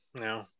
No